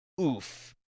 Oof